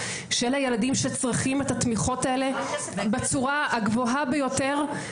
שאלה הילדים שצריכים את התמיכות האלה בצורה הגבוהה ביותר.